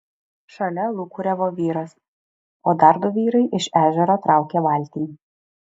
šalia lūkuriavo vyras o dar du vyrai iš ežero traukė valtį